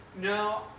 no